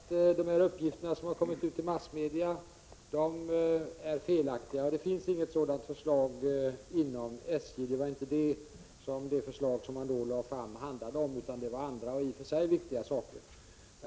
Fru talman! Jag har redan i svaret sagt att de uppgifter som har gått ut i massmedia är felaktiga. Det finns inget sådant förslag inom SJ. Det var inte detta som det framlagda förslaget handlade om, utan det gällde andra i och för sig viktiga saker.